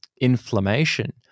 inflammation